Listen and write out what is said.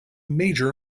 major